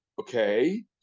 okay